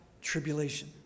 tribulation